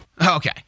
Okay